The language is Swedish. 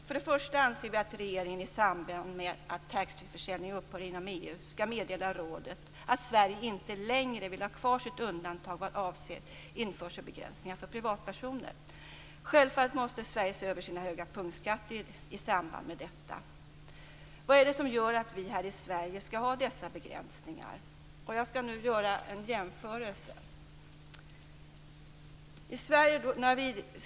För det första anser vi att regeringen i samband med att taxfreeförsäljningen upphör inom EU skall meddela rådet att Sverige inte längre vill ha kvar sitt undantag vad avser införselbegränsningar för privatpersoner. Självfallet måste Sverige se över sina höga punktskatter i samband med detta. Vad är det som gör att vi här i Sverige skall ha dessa begränsningar? Jag skall nu göra en jämförelse.